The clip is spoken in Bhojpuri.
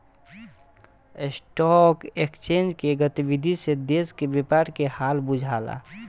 स्टॉक एक्सचेंज के गतिविधि से देश के व्यापारी के हाल बुझला